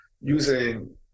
using